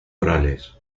orales